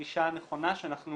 זו גישה נכונה שאנחנו